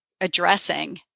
addressing